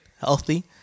healthy